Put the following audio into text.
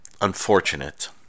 unfortunate